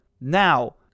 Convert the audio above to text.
Now